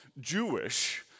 Jewish